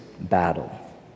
battle